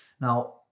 now